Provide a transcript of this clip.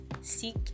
Seek